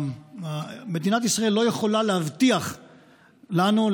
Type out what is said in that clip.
מדינת ישראל לא יכולה להבטיח לנו,